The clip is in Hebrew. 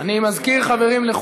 מס' 4),